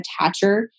attacher